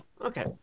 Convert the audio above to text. Okay